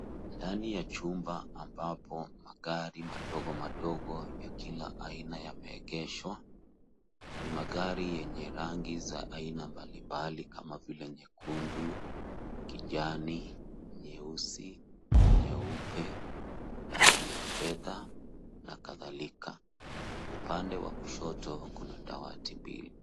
Ndani ya chumba ambapo magari madogo madogo ya kila aina yameegeshwa. Ni magari yenye rangi za aina mbalimbali kama vile nyekundu, kijani, nyeusi, nyeupe, rangi ya fedha na kadhalika. Upande wa kushoto kuna dawati mbili.